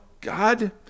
God